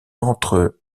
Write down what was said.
entre